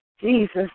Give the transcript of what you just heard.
Jesus